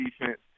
defense